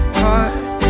heart